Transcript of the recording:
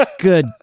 good